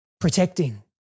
protecting